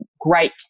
great